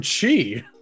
chi